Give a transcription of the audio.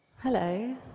Hello